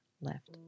left